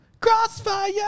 Crossfire